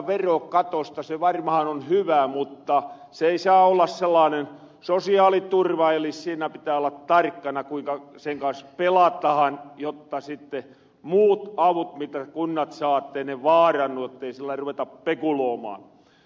se varmahan on hyvä mutta se ei saa olla sellaanen sosiaaliturva eli siinä pitää olla tarkkana kuinka sen kans pelatahan jotta sitten muut avut mitä kunnat saa ei vaarannu ettei sillä ruveta pekuloomaan